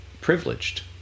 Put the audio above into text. privileged